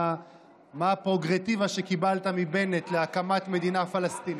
מה הפררוגטיבה שקיבלת מבנט להקמת מדינה פלסטינית.